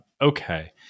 Okay